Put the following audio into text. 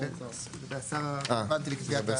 השר הרלוונטי לקביעה.